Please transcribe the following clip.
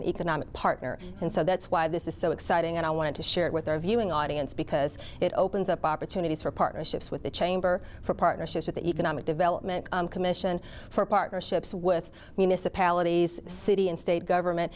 an economic partner and so that's why this is so exciting and i want to share it with our viewing audience because it opens up opportunities for partnerships with the chamber for partnerships with the economic development commission for partnerships with municipalities city and state government